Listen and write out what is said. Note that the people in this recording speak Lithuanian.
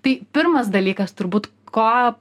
tai pirmas dalykas turbūt ko